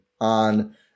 on